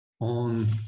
on